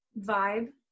vibe